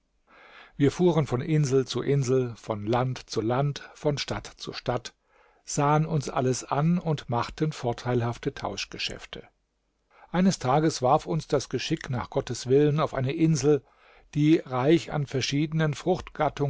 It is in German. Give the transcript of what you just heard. wir fuhren von insel zu insel von land zu land von stadt zu stadt sahen uns alles an und machten vorteilhafte tauschgeschäfte eines tages warf uns das geschick nach gottes willen auf eine insel die reich an verschiedenen